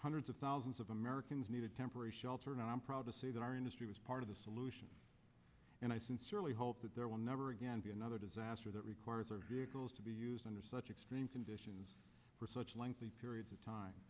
hundreds of thousands of americans needed temporary shelter and i'm proud to say that our industry was part of the solution and i sincerely hope that there will never again be another disaster that requires our vehicles to be used under such extreme conditions for such a lengthy period of time